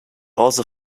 also